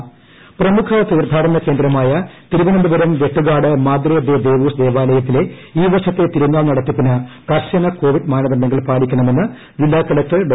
വെട്ടുകാട് തീർത്ഥാടനം പ്രമുഖ തീർത്ഥാടന കേന്ദ്രമായ തിരുവനന്തപുരം വെട്ടുകാട് മാദ്രെ ദെ ദേവൂസ് ദേവാലയത്തിലെ ഈ വർഷത്തെ തിരുനാൾ നടത്തിപ്പിന് കർശന കോവിഡ് മാനദണ്ഡങ്ങൾ പാലിക്കണമെന്ന് ജില്ലാ കളക്ടർ ഡോ